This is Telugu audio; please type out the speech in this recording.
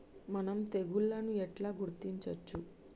మనం తెగుళ్లను ఎట్లా గుర్తించచ్చు?